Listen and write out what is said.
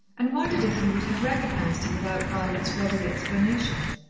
and wondered if he would have recognized her without violet's ready explanation.